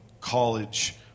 college